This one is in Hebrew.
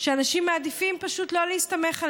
עד שאנשים מעדיפים פשוט לא להסתמך עליה.